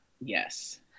Yes